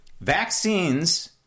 Vaccines